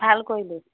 ভাল কৰিলি